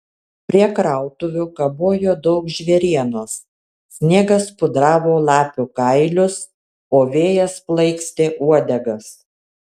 prie krautuvių kabojo daug žvėrienos sniegas pudravo lapių kailius o vėjas plaikstė uodegas